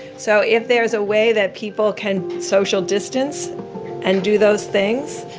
so if there is a way that people can social distance and do those things,